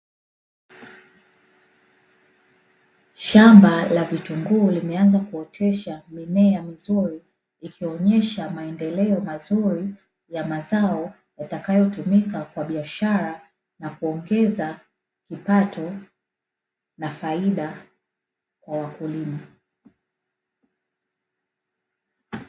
Shamba la vitunguu limeanza kuotesha mimea mizuri, ikionyesha maendeleo mazuri ya mazao yatakayotumika kwa biashara na kuongeza kipato na faida kwa wakulima.